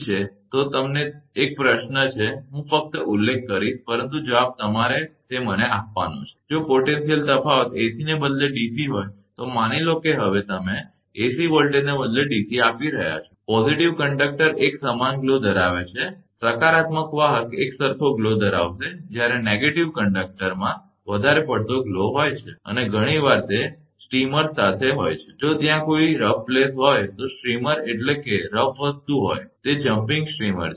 છે તો તે તમને એક પ્રશ્ન છે હું ફક્ત ઉલ્લેખ કરીશ પરંતુ જવાબ તમારે તે મને આપવોનો છે જો પોટેન્શિયલ તફાવત એસીને બદલે ડીસી હોય તો માની લો કે હવે તમે AC વોલ્ટેજને બદલે DC આપી રહ્યા છો સકારાત્મક વાહક એક સમાન ગ્લો ધરાવે છે સકારાત્મક વાહક એકસરખો ગ્લો ધરાવશે જ્યારે નકારાત્મક વાહકમાં વધારે પડતો ગ્લો હોય છે અને ઘણીવાર તે સ્ટ્રેમીઅર્સ સાથે હોય છે જો ત્યાં કોઈ રફ પ્લેસ હોય તો સ્ટ્રીમર એટલે કે રફ વસ્તુ હોય તો તે જમ્પિંગ સ્ટીમર છે